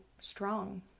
strong